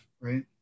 right